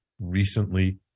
recently